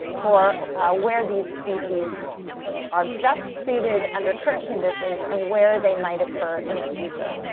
for ah where these species are best suited under current conditions and where they might occur in the future.